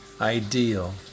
ideal